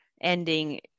ending